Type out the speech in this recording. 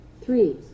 Three